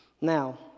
Now